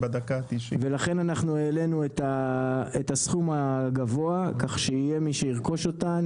ולכן העלינו את הסכום הגבוה כך שיהיה מי שירכוש אותן,